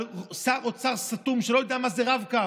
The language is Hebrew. על שר אוצר סתום שלא יודע מה זה רב-קו,